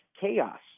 chaos